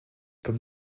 comme